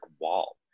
wall